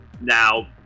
Now